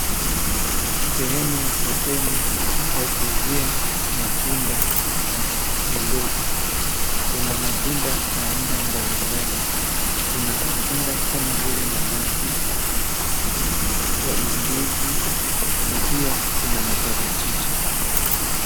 Sehemu ya sokoni ya kuuzia matunda na mimboga. Kuna matunda aina mbalimbali. Kuna matunda kama vile nanasi, ndizi na pia kuna maparachichi.